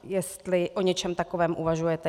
Jestli o něčem takovém uvažujete.